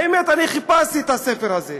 האמת, אני חיפשתי את הספר הזה,